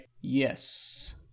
Yes